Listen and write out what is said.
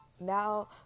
now